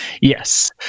Yes